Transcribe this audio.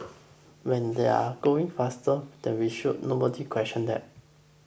when they are going faster than we should nobody questioned that